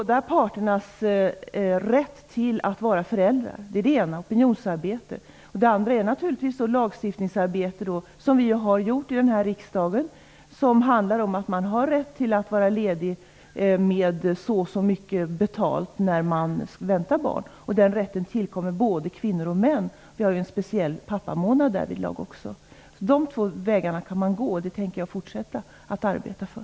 Det ena är ett opinionsarbete för både kvinnors och mäns rätt att vara föräldrar, och det andra är naturligtvis lagstiftningsarbete, som vi har gjort i den här riksdagen, som handlar om att man har rätt att vara ledig med betalning när man får barn. Den rätten tillkommer både kvinnor och män. Vi har ju en speciell pappamånad därvidlag också. De två vägarna kan man alltså gå, och det tänker jag fortsätta att arbeta för.